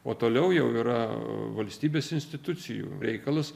o toliau jau yra valstybės institucijų reikalas